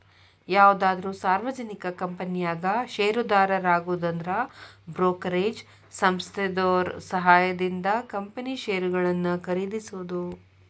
ಯಾವುದಾದ್ರು ಸಾರ್ವಜನಿಕ ಕಂಪನ್ಯಾಗ ಷೇರುದಾರರಾಗುದಂದ್ರ ಬ್ರೋಕರೇಜ್ ಸಂಸ್ಥೆದೋರ್ ಸಹಾಯದಿಂದ ಕಂಪನಿ ಷೇರುಗಳನ್ನ ಖರೇದಿಸೋದು